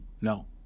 No